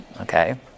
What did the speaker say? Okay